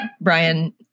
Brian